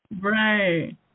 Right